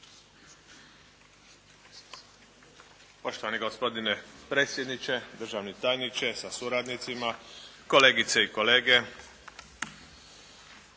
Poštovani gospodine predsjedniče, državni tajniče sa suradnicima, kolegice i kolege.